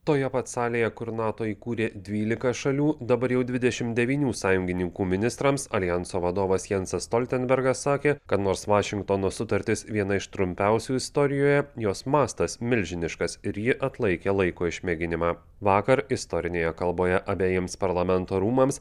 toje pat salėje kur nato įkūrė dvylika šalių dabar jau dvidešim devynių sąjungininkų ministrams aljanso vadovas jansas stoltenbergas sakė kad nors vašingtono sutartis viena iš trumpiausių istorijoje jos mastas milžiniškas ir ji atlaikė laiko išmėginimą vakar istorinėje kalboje abejiems parlamento rūmams